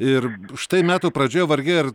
ir štai metų pradžioje vargiai ar